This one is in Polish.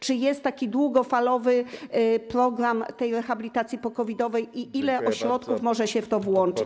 Czy jest taki długofalowy program rehabilitacji po-COVID-owej i ile ośrodków może się w to włączyć?